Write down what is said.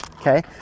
Okay